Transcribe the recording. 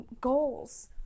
goals